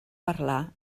parlar